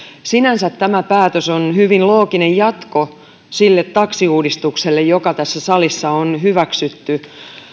sinänsä tämä päätös on hyvin looginen jatko sille taksiuudistukselle joka tässä salissa on hyväksytty